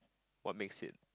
what makes it